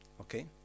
Okay